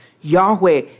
Yahweh